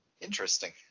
Interesting